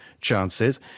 chances